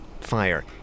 Fire